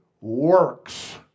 works